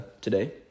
today